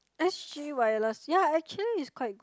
s_g wireless yeah actually it's quite good